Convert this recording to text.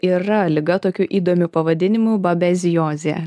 yra liga tokiu įdomiu pavadinimu babeziozė